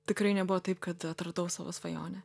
tikrai nebuvo taip kad atradau savo svajonę